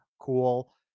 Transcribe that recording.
Cool